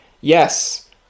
yes